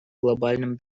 глобальным